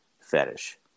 fetish